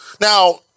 Now